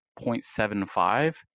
0.75